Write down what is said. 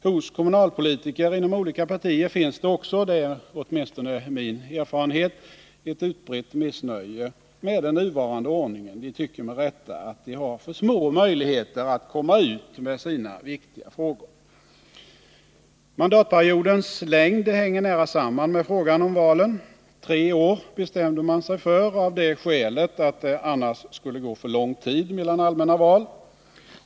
Hos kommunalpolitiker inom olika partier finns det också — det är åtminstone min erfarenhet — ett utbrett missnöje med den nuvarande ordningen. De tycker med rätta att de har för små möjligheter att komma ut med sina viktiga frågor. Mandatperiodens längd hänger nära samman med frågan om valen. Tre år bestämde man sig för av det skälet att det annars skulle gå för lång tid mellan allmänna val.